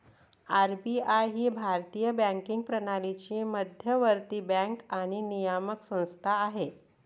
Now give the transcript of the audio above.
RBI ही भारतीय banking प्रणालीची मध्यवर्ती बँक आणि नियामक संस्था आहे